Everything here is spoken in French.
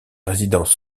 résidence